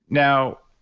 now,